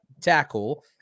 tackle